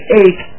eight